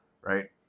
Right